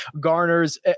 garners